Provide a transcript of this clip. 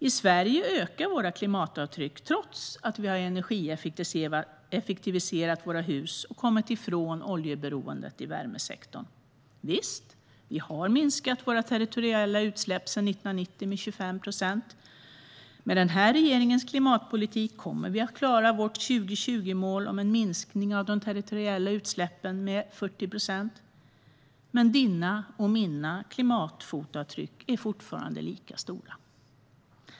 I Sverige ökar våra klimatavtryck trots att vi har energieffektiviserat våra hus och kommit ifrån oljeberoendet i värmesektorn. Visst har vi minskat våra territoriella utsläpp sedan 1990 med 25 procent, och med den här regeringens klimatpolitik kommer vi att klara vårt 2020-mål om en minskning av de territoriella utsläppen med 40 procent. Men dina och mina klimatfotavtryck är fortfarande lika stora.